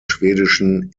schwedischen